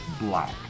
black